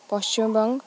Paschimbanga